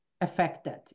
affected